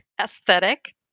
aesthetic